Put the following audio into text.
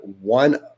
one